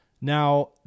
Now